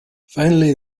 finally